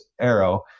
arrow